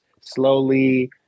slowly –